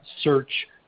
search